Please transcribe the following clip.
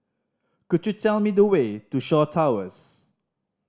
could you tell me the way to Shaw Towers